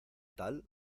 tal